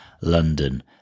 London